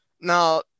now